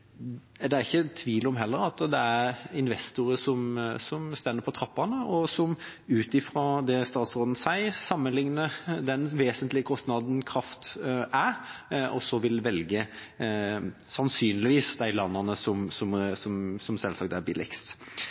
er heller ikke tvil om at det er investorer som står på trappene, og som, ut fra det statsråden sier, sammenlikner den vesentlige kostnaden kraft er, og sannsynligvis vil velge de landene som er billigst, selvsagt. Når det gjelder fiber, er